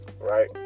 right